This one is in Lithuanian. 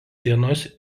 dienos